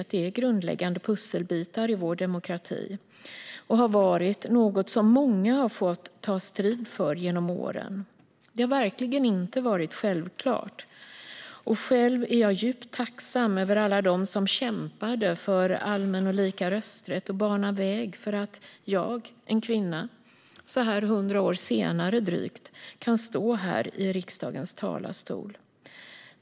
Detta är grundläggande pusselbitar i vår demokrati och har varit något som många har fått ta strid för genom åren. Det har verkligen inte varit självklart. Jag är själv djupt tacksam över alla som kämpade för allmän och lika rösträtt och som banade väg för att jag som kvinna så här drygt 100 år senare kan stå här i riksdagens talarstol.